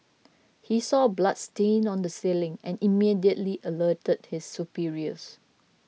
he saw bloodstain on the ceiling and immediately alerted his superiors